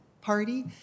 party